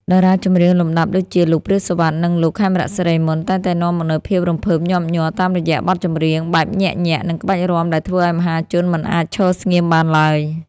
តារាចម្រៀងលំដាប់ដូចជា លោក ព្រាប សុវត្ថិ និងលោក ខេមរៈ សិរីមន្ត តែងតែនាំមកនូវភាពរំភើបញាប់ញ័រតាមរយៈបទចម្រៀងបែបញាក់ៗ និងក្បាច់រាំដែលធ្វើឱ្យមហាជនមិនអាចឈរស្ងៀមបានឡើយ។